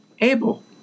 Abel